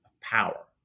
power